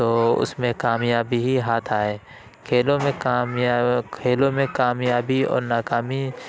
تو اس میں کامیابی ہی ہاتھ آئے کھیلوں میں کامیا کھیلوں میں کامیابی اور ناکامی